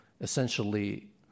essentially